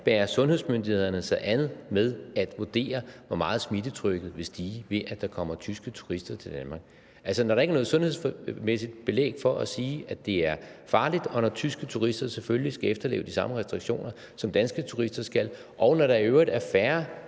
bærer sundhedsmyndighederne sig ad med at vurdere, hvor meget smittetrykket vil stige, ved at der kommer tyske turister til Danmark? Altså, når der ikke er noget sundhedsmæssigt belæg for at sige, at det er farligt, og når tyske turister selvfølgelig skal efterleve de samme restriktioner, som danske turister skal, og når der i øvrigt er færre